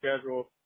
schedule